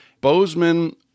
Bozeman